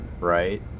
right